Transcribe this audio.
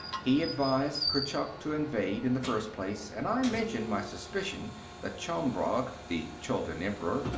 he advised kurchuk to invade, in the first place, and i mentioned my suspicion that chombrog, the chuldun emperor,